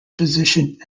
position